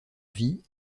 vie